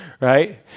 right